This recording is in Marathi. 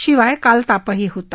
शिवाय काल तापही होता